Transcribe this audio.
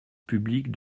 public